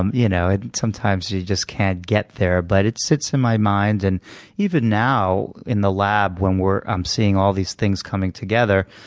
um you know and sometimes you just can't get there, but it sits in my mind. and even now, in the lab, when i'm seeing all these things coming together,